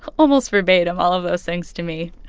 almost verbatim, all of those things to me.